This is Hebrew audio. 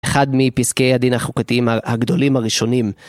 אחד מפסקי הדין החוקתיים הגדולים הראשונים.